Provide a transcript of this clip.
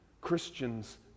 Christians